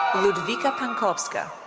ludwika pankowska.